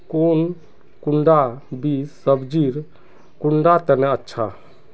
कौन कुंडा बीस सब्जिर कुंडा तने अच्छा?